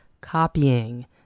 copying